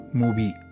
movie